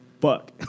Fuck